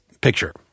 picture